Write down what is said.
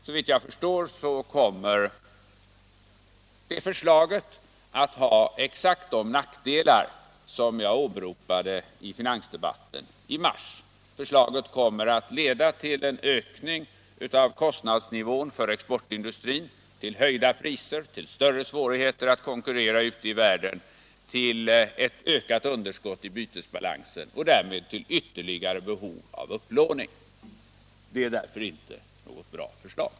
Såvitt jag förstår kommer det förslaget att ha exakt de nackdelar som jag åberopade i finansdebatten i mars. Det kommer att leda till en ökning av kostnadsnivån för exportindustrin, till höjda priser, till större svårigheter att konkurrera ute i världen, till ett ökat underskott i bytesbalansen och därmed till ytterligare behov av upplåning. Det är därför inte något bra förslag.